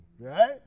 right